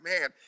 man